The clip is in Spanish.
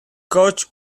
koch